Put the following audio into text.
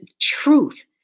truth